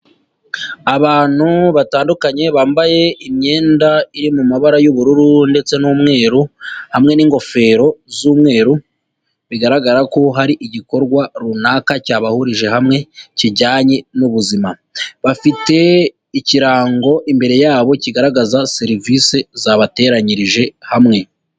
Abantu batandukanye bambaye imyenda iri mu mabara y'ubururu ndetse n'umweru, hamwe n'ingofero z'umweru bigaragara ko hari igikorwa runaka cyabahurije hamwe kijyanye n'ubuzima. Bafite ikirango imbere yabo kigaragaza serivise zabateranyirije hamwe.